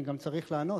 אני גם צריך לענות: